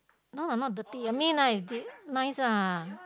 no I'm not dirty I mean nice nice lah